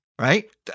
Right